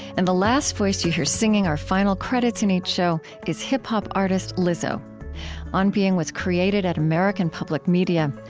and the last voice you hear singing our final credits in each show is hip-hop artist lizzo on being was created at american public media.